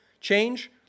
change